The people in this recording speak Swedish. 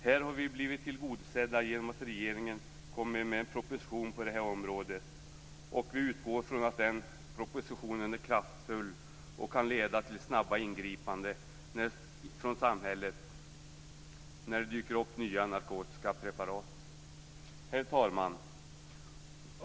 Här har vi blivit tillgodosedda genom att regeringen kommer med en proposition på det här området. Vi utgår från att den propositionen är kraftfull och kan leda till snabba ingripanden från samhället när det dyker upp nya narkotiska preparat. Herr talman!